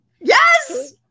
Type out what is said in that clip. Yes